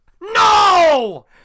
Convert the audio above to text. No